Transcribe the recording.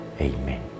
Amen